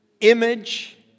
image